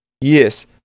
Yes